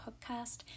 podcast